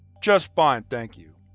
just fine, thank you.